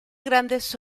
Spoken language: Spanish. grandes